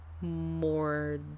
more